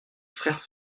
frères